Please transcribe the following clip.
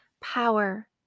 power